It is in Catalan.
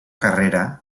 carrera